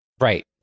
Right